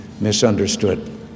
misunderstood